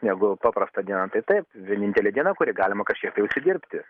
negu paprastą dieną tai vienintelė diena kuri galima kažkokį užsidirbti